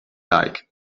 like